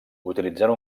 utilitzant